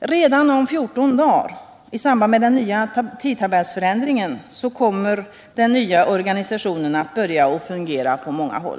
Redan om fjorton dagar, i samband med den nya tidtabellsförändringen, kommer den nya organisationen att börja fungera på många håll.